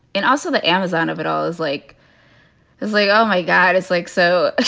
and also the amazon of it all is like it's like, oh my god. it's like so